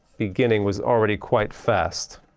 beginning was already quite fast,